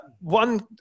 one